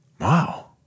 wow